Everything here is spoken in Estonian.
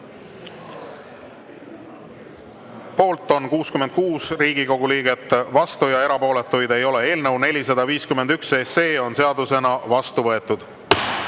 Poolt on 63 Riigikogu liiget, vastu 1, erapooletuid ei ole. Eelnõu 224 on seadusena vastu võetud.